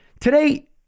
today